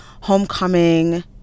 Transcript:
homecoming